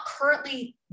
currently